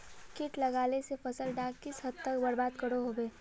किट लगाले से फसल डाक किस हद तक बर्बाद करो होबे?